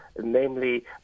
namely